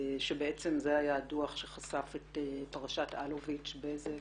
שזה היה הדוח שחשף את פרשת אלוביץ-בזק.